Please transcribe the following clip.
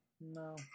No